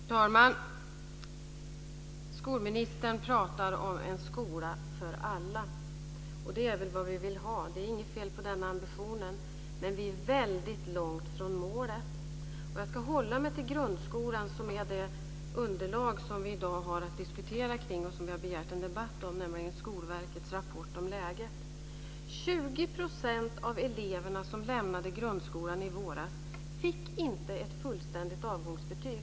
Fru talman! Skolministern pratar om en skola för alla, och det är väl vad vi vill ha - det är inget fel på den ambitionen - men vi är väldigt långt från målet. Jag ska hålla mig till grundskolan, som berörs i det underlag som vi i dag har att diskutera kring och som vi har begärt en debatt om, nämligen Skolverkets rapport om läget. 20 % av de elever som lämnade grundskolan i våras fick inte ett fullständigt avgångsbetyg.